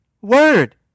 word